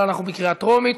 בקריאה ראשונה.